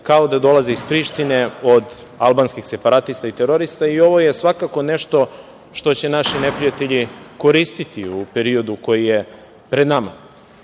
kao da dolaze iz Prištine, od albanskih separatista i terorista i ovo je svakako nešto što će naši neprijatelji koristiti u periodu koji je pred nama,